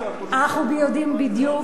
אנחנו יודעים בדיוק,